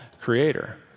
creator